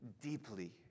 deeply